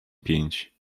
pięć